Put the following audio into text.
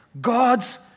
God's